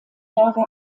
jahre